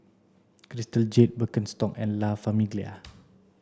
Crystal Jade Birkenstock and La Famiglia